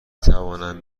توانم